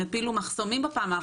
הם הפילו מחסומים בפעם האחרונה.